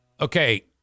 Okay